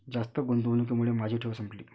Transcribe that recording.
जास्त गुंतवणुकीमुळे माझी ठेव संपली